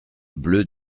bleue